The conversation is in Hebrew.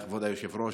כבוד היושב-ראש,